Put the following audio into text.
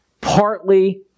Partly